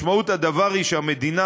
משמעות הדבר היא שהמדינה,